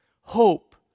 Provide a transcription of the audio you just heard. Hope